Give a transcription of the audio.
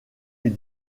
est